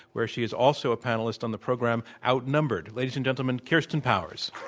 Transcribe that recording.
where she is also a panelist on the program, outnumbered. ladies and gentlemen, kirsten powers.